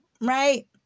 right